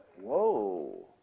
whoa